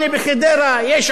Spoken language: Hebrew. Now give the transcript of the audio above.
יש עוני בטייבה,